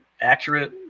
accurate